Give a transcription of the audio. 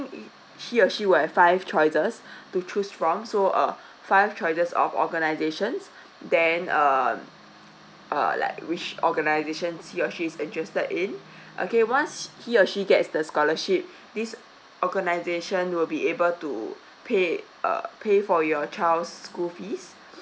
he or she will have five choices to choose from so uh five choices of organisations then uh err like which organisations he or she is interested in okay once he or she gets the scholarship this organisation will be able to pay err pay for your child's school fees